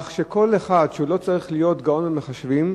כל אחד, הוא לא צריך להיות גאון במחשבים,